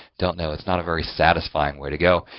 don't know, it's not a very satisfying way to go.